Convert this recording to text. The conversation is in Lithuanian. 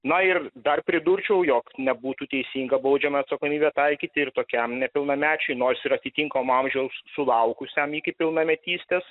na ir dar pridurčiau jog nebūtų teisinga baudžiamą atsakomybę taikyti ir tokiam nepilnamečiui nors ir atitinkamo amžiaus sulaukusiam iki pilnametystės